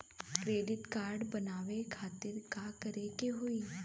Credit card बनवावे खातिर का करे के होई?